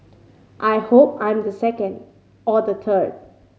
I hope I'm the second or the third